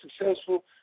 successful